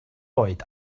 oed